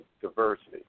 diversity